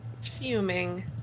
fuming